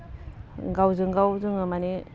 गावजों गाव जोङो माने